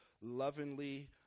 lovingly